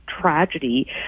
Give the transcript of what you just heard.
tragedy